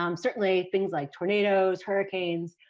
um certainly, things like tornadoes, hurricanes,